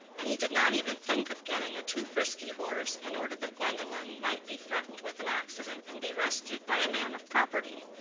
and he did not even think of getting a too frisky horse in order that gwendolen might be threatened with an accident and be rescued by a man of property.